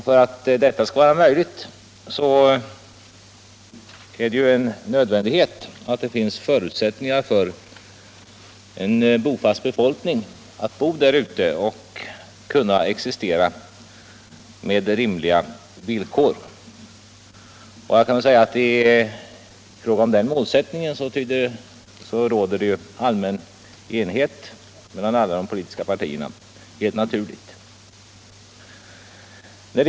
För att detta skall vara möjligt är det en nödvändighet att det finns förutsättningar för en bofast befolkning att kunna existera där ute på rimliga villkor. I fråga om den målsättningen råder det allmän enighet mellan alla de politiska partierna — helt naturligt.